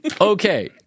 Okay